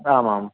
आम् आम्